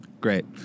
Great